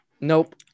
nope